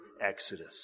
exodus